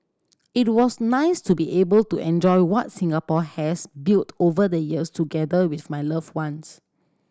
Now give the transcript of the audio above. it was nice to be able to enjoy what Singapore has built over the years together with my loved ones